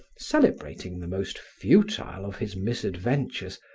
celebrating the most futile of his misadventures,